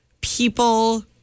people